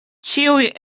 ĉiuj